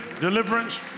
deliverance